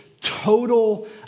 Total